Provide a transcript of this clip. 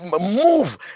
move